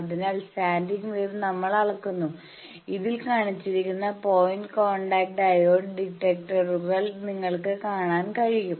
അതിനാൽ standing wave നമ്മൾ അളക്കുന്നു ഇതിൽ കാണിച്ചിരിക്കുന്ന പോയിന്റ് കോൺടാക്റ്റ് ഡയോഡ് ഡിറ്റക്ടറുകളും നിങ്ങൾക്ക് കാണാൻ കഴിയും